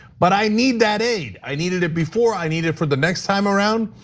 but i need that aid, i needed it before, i needed it for the next time around.